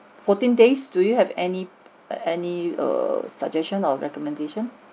fourteen days do you have any any err suggestion or recommendation